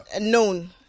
known